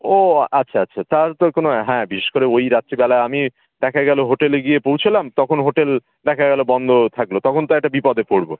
ও আচ্ছা আচ্ছা তাহলে তো কোন হ্যাঁ বিশেষ করে ওই রাত্রিবেলা আমি দেখা গেল হোটেলে গিয়ে পৌঁছলাম তখন হোটেল দেখা গেল বন্ধ থাকল তখন তো একটা বিপদে পড়বো